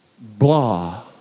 blah